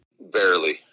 Barely